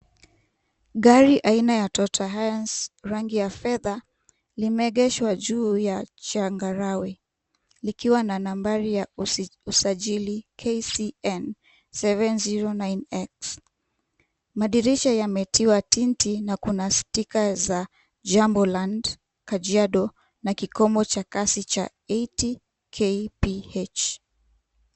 Gari aina ya Toyota Hilux, rangi ya fedha, limeegeshwa juu ya changarawe. Likiwa na nambari ya usajili KCN 709X. Madirisha yametiwa tinti na kuna stika za Jambo Land Kajiado na kikomo cha kasi cha 80 kph.